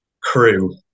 Crew